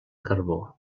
carbó